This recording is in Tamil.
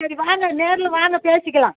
சரி வாங்க நேரில் வாங்க பேசிக்கலாம்